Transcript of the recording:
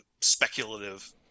speculative